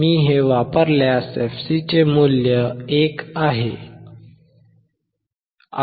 मी हे वापरल्यास fc चे मूल्य 1 आहे